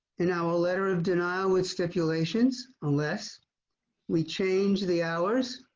in our letter of denial with stipulations unless we change the hours.